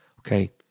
Okay